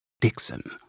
Dixon